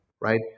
right